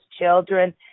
children